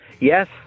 Yes